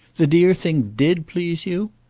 the dear thing did please you?